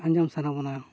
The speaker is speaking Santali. ᱟᱸᱡᱚᱢ ᱥᱟᱱᱟ ᱵᱚᱱᱟ